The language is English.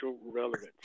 relevance